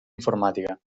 informàtica